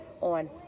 on